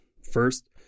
First